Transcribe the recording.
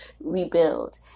rebuild